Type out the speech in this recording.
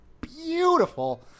beautiful